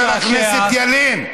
חבר הכנסת ילין,